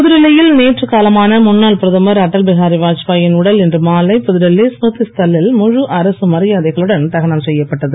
புதுடெல்லியில் நேற்று காலமான முன்னாள் பிரதமர் அட்டல் பிஹாரி வாத்பாயின் உடல் இன்று மாலை புதுடெல்வி ஸ்மிருதி ஸ்தல் வில் முழு அரசு மரியாதைகளுடன் தகனம் செய்யப்பட்டது